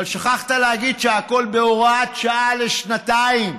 אבל שכחת להגיד שהכול בהוראת שעה לשנתיים.